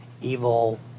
evil